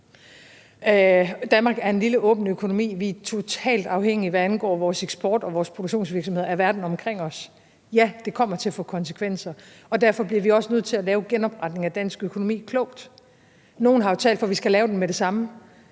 Danmark er en lille, åben økonomi, og vi er totalt afhængige, hvad angår vores eksport og vores produktionsvirksomheder, af verden omkring os, så ja, det kommer til at få konsekvenser. Derfor bliver vi også nødt til at lave genopretningen af dansk økonomi klogt. Nogle har talt for, at vi skal lave den med det samme,